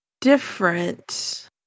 different